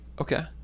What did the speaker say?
Okay